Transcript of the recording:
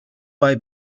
bei